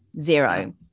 Zero